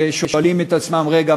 ושואלים את עצמם: רגע,